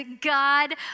God